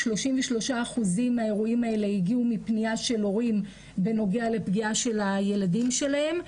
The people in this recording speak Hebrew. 33% מהאירועים האלה הגיעו מפנייה של הורים בנוגע לפגיעה של הילדים שלהם,